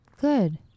Good